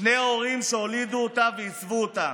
שני הורים שהולידו אותה ועיצבו אותה.